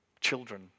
children